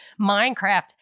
Minecraft